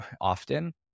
often